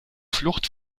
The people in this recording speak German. flucht